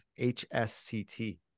HSCT